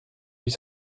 huit